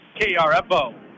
KRFO